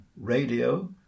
radio